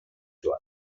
joan